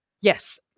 yes